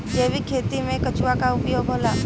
जैविक खेती मे केचुआ का उपयोग होला?